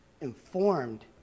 informed